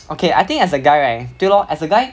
okay I think as a guy right 对咯 as a guy